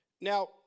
now